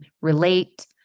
relate